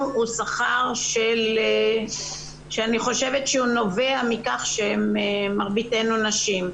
הוא שכר שאני חושבת שהוא נובע מכך שמרביתנו נשים,